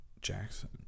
Jackson